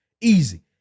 easy